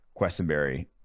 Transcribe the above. Questenberry